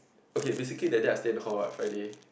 okay basically that day I stay in hall what Friday